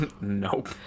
Nope